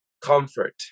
comfort